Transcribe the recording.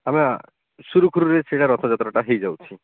ଆମର ସୁରୁଖୁରୁରେ ସେଇଟା ରଥଯାତ୍ରାଟା ହେଇଯାଉଛି